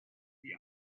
the